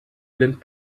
blind